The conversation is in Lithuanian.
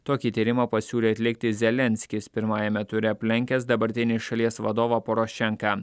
tokį tyrimą pasiūlė atlikti zelenskis pirmajame ture aplenkęs dabartinį šalies vadovą porošenką